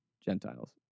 Gentiles